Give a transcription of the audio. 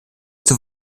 zur